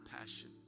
passion